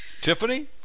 Tiffany